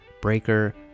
Breaker